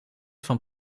van